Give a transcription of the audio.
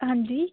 ਹਾਂਜੀ